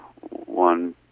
one